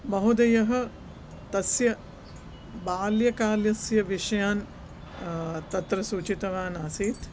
महोदयः तस्य बाल्यकाल्यस्य विषयान् तत्र सूचितवान् आसीत्